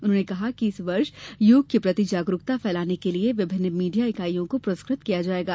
उन्होंने कहा कि इस वर्ष योग के प्रति जागरूकता फैलाने के लिए विभिन्न मीडिया इकाइयों को पुरस्कृत किया जाएगा